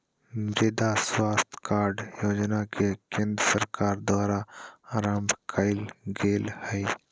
मृदा स्वास्थ कार्ड योजना के केंद्र सरकार द्वारा आरंभ कइल गेल हइ